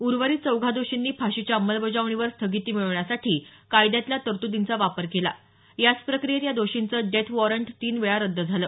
उर्वरित चौघा दोषींनी फाशीच्या अंमलबजावणीवर स्थगिती मिळवण्यासाठी कायद्यातल्या तरत्दींचा वापर केला याच प्रक्रियेत या दोषींचं डेथ वाँरट तीन वेळा रद्द झालं